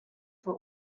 for